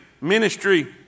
ministry